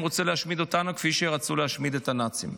להשמיד אותנו כפי שרצו להשמיד אותנו הנאצים.